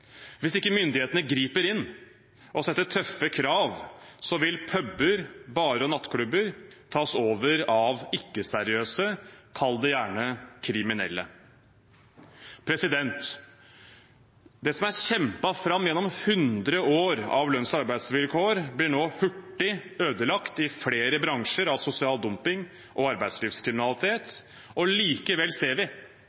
ikke myndighetene griper inn og setter tøffe krav så vil puber, barer og nattklubber bli tatt over av ikke-seriøse. Kall det gjerne kriminelle.» Det som er kjempet fram av lønns- og arbeidsvilkår gjennom 100 år, blir i flere bransjer nå hurtig ødelagt av sosial dumping og arbeidslivskriminalitet.